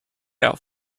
out